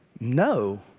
No